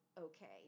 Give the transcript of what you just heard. okay